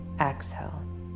exhale